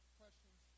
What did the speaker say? questions